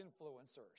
influencers